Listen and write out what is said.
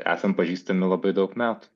esam pažystami labai daug metų